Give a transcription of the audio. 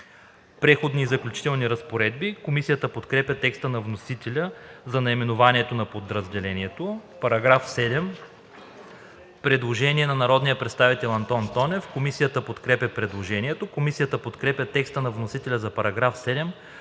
„Преходни и заключителни разпоредби“. Комисията подкрепя текста на вносителя за наименованието на подразделението. По § 7 има предложение на народния представител Антон Тонев. Комисията подкрепя предложението. Комисията подкрепя текста на вносителя за § 7,